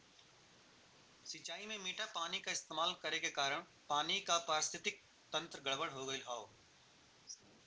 सिंचाई में मीठा पानी क इस्तेमाल करे के कारण पानी क पारिस्थितिकि तंत्र गड़बड़ हो गयल हौ